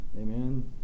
Amen